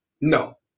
No